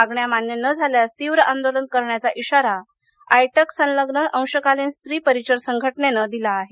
मागण्या मान्य न झाल्यास तीव्र आंदोलन करण्याचा इशारा आयटक संलग्न अंशकालीन स्त्री परिचर संघटनेनं दिला आहे